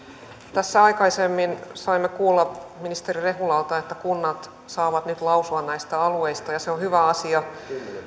tässä aikaisemmin saimme kuulla ministeri rehulalta että kunnat saavat nyt lausua näistä alueista ja se on hyvä asia